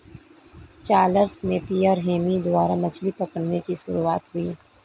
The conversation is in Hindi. चार्ल्स नेपियर हेमी द्वारा मछली पकड़ने की शुरुआत हुई